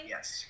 Yes